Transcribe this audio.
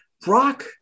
Brock